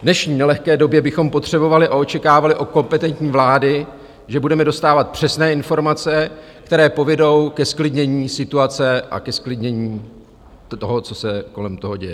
V dnešní nelehké době bychom potřebovali a očekávali od kompetentní vlády, že budeme dostávat přesné informace, které povedou ke zklidnění situace a ke zklidnění toho, co se kolem toho děje.